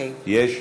יש?